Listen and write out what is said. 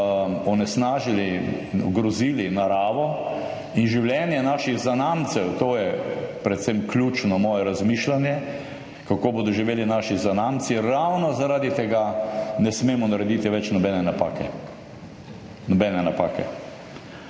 onesnažili in ogrozili naravo in življenje naših zanamcev, to je predvsem ključno moje razmišljanje, kako bodo živeli naši zanamci, ravno zaradi tega ne smemo narediti več nobene napake, nobene napake.